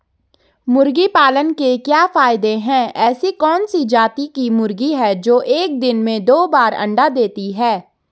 मुर्गी पालन के क्या क्या फायदे हैं ऐसी कौन सी जाती की मुर्गी है जो एक दिन में दो बार अंडा देती है?